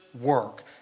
work